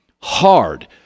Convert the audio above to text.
hard